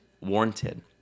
warranted